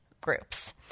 groups